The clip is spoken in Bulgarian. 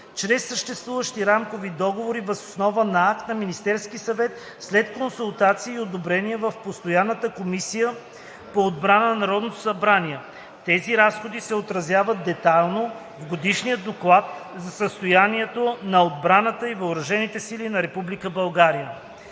чрез съществуващи рамкови договори въз основа на акт на Министерския съвет, след консултации и одобрение в постоянната комисия по отбрана в Народното събрание. Тези разходи се отразяват детайлно в Годишния доклад за състоянието на отбраната и Въоръжените сили на